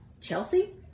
Chelsea